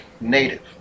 native